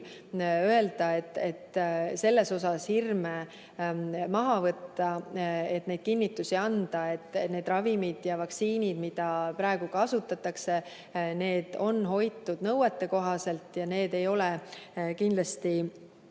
öelda, selles osas hirme maha võtta ja kinnitada, et need ravimid ja vaktsiinid, mida praegu kasutatakse, on hoitud nõuetekohaselt. Need ei ole kindlasti